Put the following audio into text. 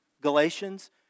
Galatians